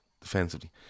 defensively